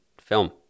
film